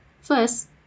first